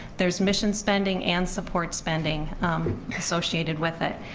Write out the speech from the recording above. there's mission spending and support spending associated with it.